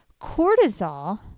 Cortisol